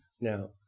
Now